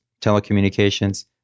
telecommunications